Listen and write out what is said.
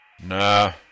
Nah